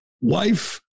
wife